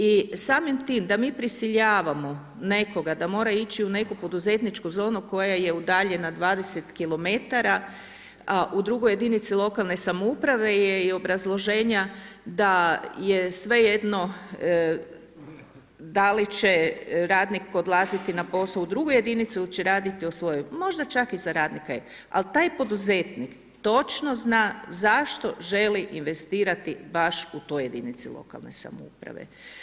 I samim time da mi prisiljavamo nekoga da mora ići u neku poduzetničku zonu koja je udaljena 20 kilometara a u drugoj jedinici lokalne samouprave je i obrazloženja da je svejedno da li će radnik odlaziti na posao u drugu jedinicu ili će raditi u svojoj, možda čak i za radnika je, ali taj poduzetnik točno zna zašto želi investirati baš u toj jedinici lokalne samouprave.